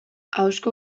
ahozko